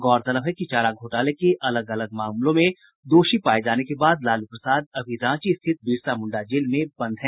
गौरतलब है कि चारा घोटाले के अलग अलग मामलों में दोषी पाये जाने के बाद लालू प्रसाद अभी रांची स्थित बिरसा मुंडा जेल में बंद हैं